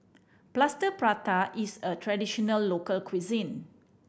Plaster Prata is a traditional local cuisine